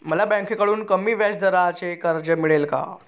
मला बँकेकडून कमी व्याजदराचे कर्ज मिळेल का?